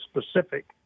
specific